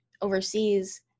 overseas